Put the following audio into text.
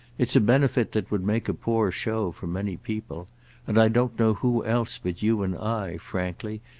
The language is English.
it's a benefit that would make a poor show for many people and i don't know who else but you and i, frankly,